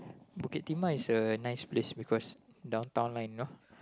Bukit-Timah is a nice place because Downtown Line lor